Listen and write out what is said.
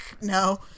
no